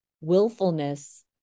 willfulness